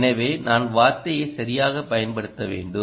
எனவேநான் வார்த்தையை சரியாகப் பயன்படுத்த வேண்டும்